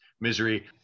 misery